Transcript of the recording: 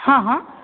हँ हँ